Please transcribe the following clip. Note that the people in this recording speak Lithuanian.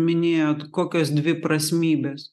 minėjote kokios dviprasmybės